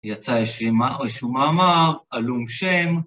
יצא איזה שהוא מאמר, עלום שם